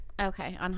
Okay